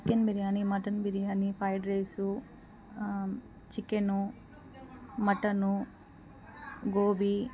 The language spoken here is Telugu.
chicken biryani mutton biryani fried rice chicken mutton gobi